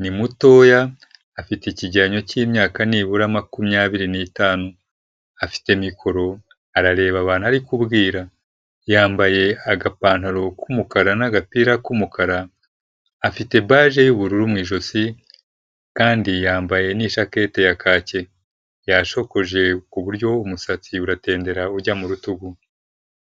ni mutoya, afite ikigeranyo cy'imyaka nibura makumyabiri nitanu, afite mikoro arareba abantu ari kubwira, yambaye agapantaro k'umukara n'agapira k'umukara, afite bage y'ubururu mu ijosi kandi yambaye n'ishakete ya kake, yashokoje ku buryo umusatsi uratendera ujya mu rutugu.